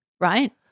right